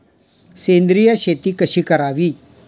सेंद्रिय शेती कशी करावी?